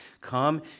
Come